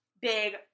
big